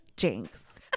Jinx